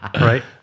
Right